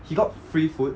he got free food